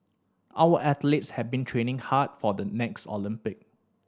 our athletes have been training hard for the next Olympics